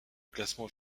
classement